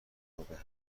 ثابت